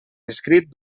escrit